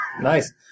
Nice